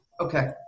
okay